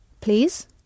please